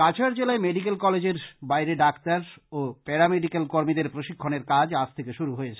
কাছাড় জেলায় মেডিকেল কলেজের বাইরে ডাক্তার ও প্যারামেডিকেল কর্মীদের প্রশিক্ষণের কাজ আজ থেকে শুরু হয়েছে